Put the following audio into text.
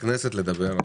לכנסת לדבר.